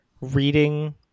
reading